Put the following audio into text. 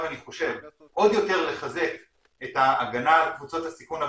עוד יותר לחזק את ההגנה על קבוצות הסיכון,